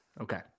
Okay